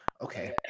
Okay